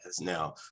Now